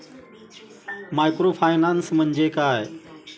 Microfinance म्हणजे काय?